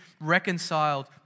reconciled